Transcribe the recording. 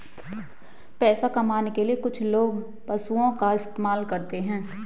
पैसा कमाने के लिए कुछ लोग पशुओं का इस्तेमाल करते हैं